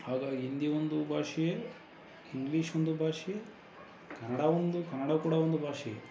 ಹಾಗಾಗಿ ಹಿಂದಿ ಒಂದು ಭಾಷೆ ಇಂಗ್ಲೀಷ್ ಒಂದು ಭಾಷೆ ಕನ್ನಡ ಒಂದು ಕನ್ನಡ ಕೂಡ ಒಂದು ಭಾಷೆ